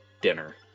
dinner